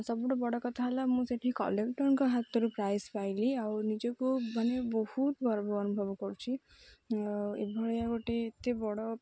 ସବୁଠୁ ବଡ଼ କଥା ହେଲା ମୁଁ ସେଠି କଲେକ୍ଟରଙ୍କ ହାତରୁ ପ୍ରାଇଜ ପାଇଲି ଆଉ ନିଜକୁ ମାନେ ବହୁତ ଗର୍ବ ଅନୁଭବ କରୁଛିି ଆଉ ଏଭଳିଆ ଗୋଟେ ଏତେ ବଡ଼